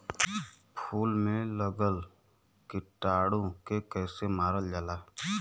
फूल में लगल कीटाणु के कैसे मारल जाला?